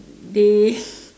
they